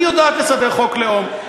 אני יודעת לסדר חוק לאום.